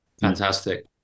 Fantastic